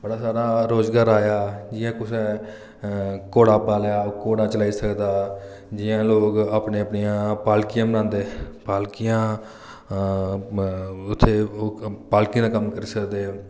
बड़ा सारा रोजगार आया जि'यां कुसै घोड़ा पालेआ घोड़ा चलाई सकदा जि'यां लोग अपनियां अपनियां पालकियांं बनांदे पालकियां उत्थें पालकियां दा कम्म करी सकदे